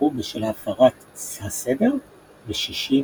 נורו בשל "הפרת הסדר" ו-60 התאבדו.